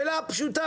אני אגלה לכם סוד.